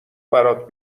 برات